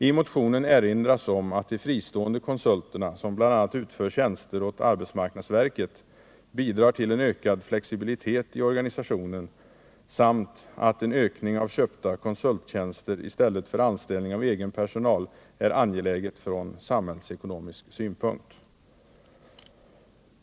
I motionen erinras om att de fristående konsulterna, som bl.a. utför tjänster åt arbetsmarknadsverket, bidrar till ökad flexibilitet i organisationen samt att en ökning av köpta konsulttjänster i stället för anställning av egen personal är angelägen från samhällsekonomisk synpunkt.